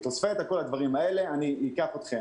יש לנו